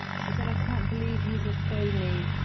she said, i can't believe he's a phony,